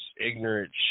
ignorant